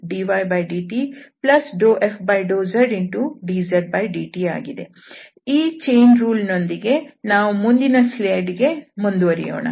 ಈ ಸರಣಿ ನಿಯಮದೊಂದಿಗೆ ನಾವು ಮುಂದಿನ ಸ್ಲೈಡ್ ಗೆ ಮುಂದುವರಿಯೋಣ